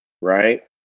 right